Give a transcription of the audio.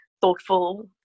thoughtful